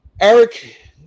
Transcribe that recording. Eric